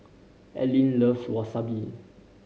Allyn loves Wasabi